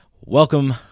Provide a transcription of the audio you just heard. Welcome